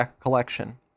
collection